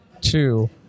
Two